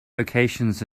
locations